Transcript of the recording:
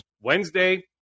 Wednesday